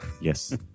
Yes